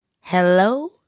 Hello